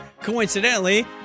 Coincidentally